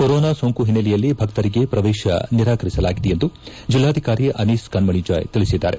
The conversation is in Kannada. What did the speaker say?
ಕೊರೋನಾ ಸೋಂಕು ಹಿನ್ನೆಲೆಯಲ್ಲಿ ಭಕ್ತರಿಗೆ ಪ್ರವೇಶ ನಿರಾಕರಿಸಲಾಗಿದೆ ಎಂದು ಜಿಲ್ಲಾಧಿಕಾರಿ ಅನೀಸ್ ಕಣ್ಮಣಿಜಾಯ್ ತಿಳಿಸಿದ್ದಾರೆ